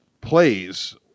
plays